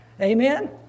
Amen